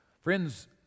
Friends